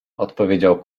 odpowiedział